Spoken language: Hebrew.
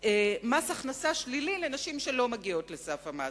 מס הכנסה שלילי לנשים שלא מגיעות לסף המס,